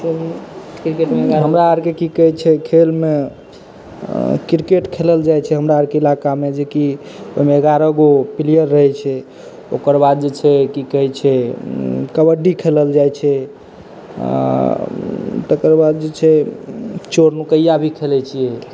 हमरा आरकेँ की कहैत छै खेलमे क्रिकेट खेलल जाइत छै हमरा आरके इलाकामे जेकि ओहिमे एगारह गो प्लेयर रहैत छै ओकर बाद जे छै की कहैत छै कबड्डी खेलल जाइत छै तकर बाद जे छै चोर नुकैआ भी खेलैत छियै